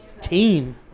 Team